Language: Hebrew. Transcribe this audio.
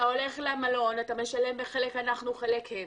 אתה הולך למלון, אתה משלם, חלק אנחנו וחלק הם.